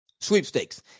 Sweepstakes